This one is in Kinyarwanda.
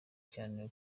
cyane